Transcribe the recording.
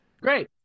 great